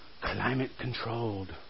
climate-controlled